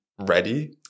ready